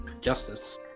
justice